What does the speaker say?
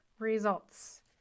results